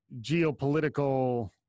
geopolitical